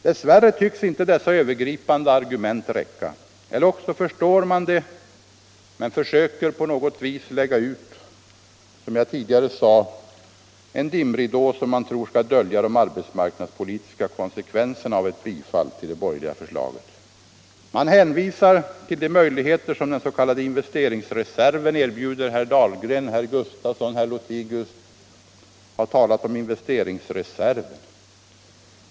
Dess värre tycks inte dessa övergripande argument räcka. Eller också förstår man det men försöker på något sätt lägga ut, som jag tidigare sade, en dimridå, som man tror skall dölja de arbetsmarknadspolitiska konsekvenserna av ett bifall till det borgerliga förslaget. Man hänvisar till de möjligheter som den s.k. investeringsreserven erbjuder. Herr Dahlgren, herr Gustafson och herr Lothigius har talat om investeringsreserv.